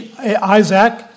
Isaac